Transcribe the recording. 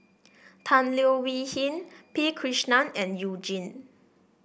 Tan Leo Wee Hin P Krishnan and You Jin